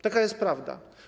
Taka jest prawda.